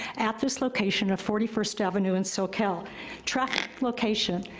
at this location of forty first avenue and soquel. traffic location,